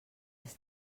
als